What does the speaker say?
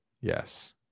Yes